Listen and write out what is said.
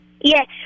Yes